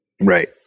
Right